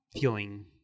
feeling